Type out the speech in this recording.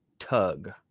Tug